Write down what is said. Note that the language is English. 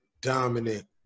dominant